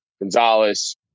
Gonzalez